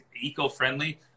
eco-friendly